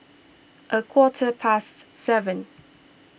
a quarter past seven